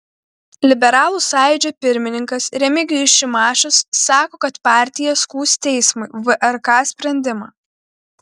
liberalų sąjūdžio pirmininkas remigijus šimašius sako kad partija skųs teismui vrk sprendimą